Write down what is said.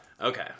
okay